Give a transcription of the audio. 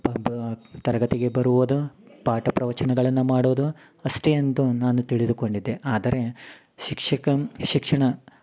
ತರಗತಿಗೆ ಬರುವುದು ಪಾಠ ಪ್ರವಚನಗಳನ್ನ ಮಾಡೋದು ಅಷ್ಟೇ ಎಂದು ನಾನು ತಿಳಿದುಕೊಂಡಿದ್ದೆ ಆದರೆ ಶಿಕ್ಷಕ ಶಿಕ್ಷಣ